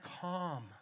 calm